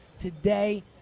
today